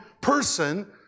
person